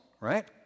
right